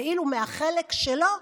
ואילו מהחלק שלו,